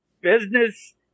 business